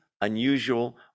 unusual